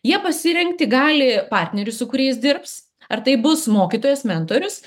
jie pasirinkti gali partnerius su kuriais dirbs ar tai bus mokytojas mentorius